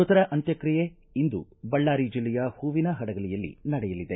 ಮೃತರ ಅಂತ್ಜ್ರಿಯೆ ಇಂದು ಬಳ್ಳಾರಿ ಜಿಲ್ಲೆಯ ಹೂವಿನ ಹಡಗಲಿಯಲ್ಲಿ ನಡೆಯಲಿದೆ